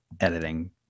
editing